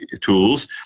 tools